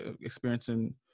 experiencing